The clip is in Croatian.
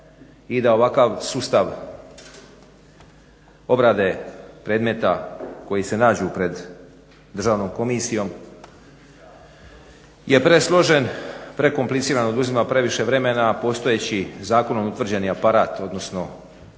i da ovakav sustav obrade predmeta koji se nađu pred državnom komisijom je presložen, prekompliciran i oduzima previše vremena, a postojeći zakonom utvrđeni aparat odnosno